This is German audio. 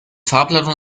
farbladung